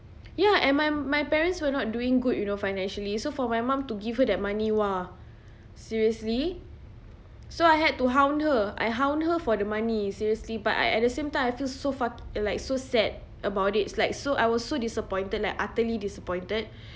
ya and my my parents were not doing good you know financially so for my mum to give her that money !wah! seriously so I had to hound her I hound her for the money seriously but I at the same time I feel so fa~ like so sad about it it's like so I was so disappointed and utterly disappointed